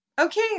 Okay